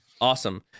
Awesome